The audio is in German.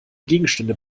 gegenstände